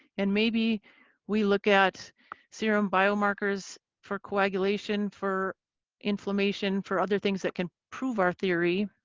and maybe we look at serum biomarkers for coagulation, for inflammation, for other things that can prove our theory.